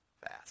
fast